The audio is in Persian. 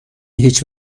هیچ